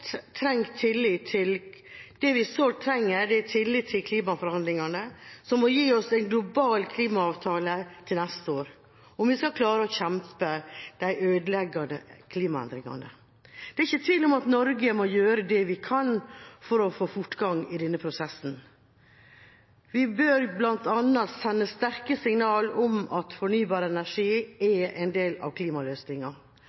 klimaforhandlingene, som må gi oss en global klimaavtale til neste år om vi skal klare å bekjempe de ødeleggende klimaendringene. Det er ikke tvil om at vi i Norge må gjøre det vi kan for å få fortgang i denne prosessen. Vi bør bl.a. sende sterke signaler om at fornybar energi